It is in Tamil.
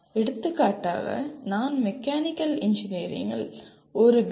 எடுத்துக்காட்டாக நான் மெக்கானிக்கல் இன்ஜினியரிங்கில் ஒரு பி